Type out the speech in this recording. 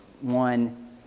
one